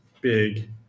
big